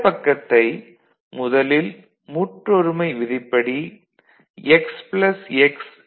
இடப்பக்கத்தை முதலில் முற்றொருமை விதிப்படி x x